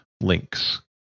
links